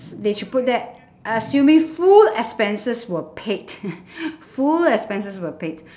they should put there assuming full expenses were paid full expenses were paid